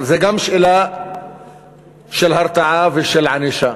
אבל זו גם שאלה של הרתעה ושל ענישה.